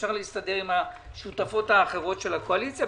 אפשר להסתדר עם השותפות האחרות בקואליציה,